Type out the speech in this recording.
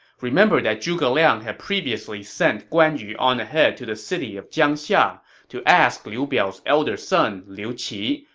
remember that zhuge liang had previously sent guan yu on ahead to the city of jiangxia to ask liu biao's elder son, liu qi,